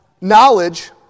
knowledge